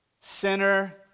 sinner